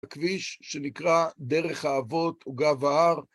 הכביש שנקרא דרך האבות וגב ההר.